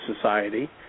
society